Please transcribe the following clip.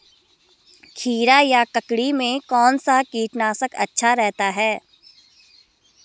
खीरा या ककड़ी में कौन सा कीटनाशक अच्छा रहता है?